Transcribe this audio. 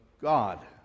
God